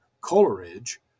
Coleridge